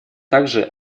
также